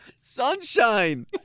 Sunshine